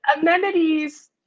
amenities